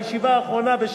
ובישיבה האחרונה,